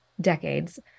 decades